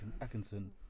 Atkinson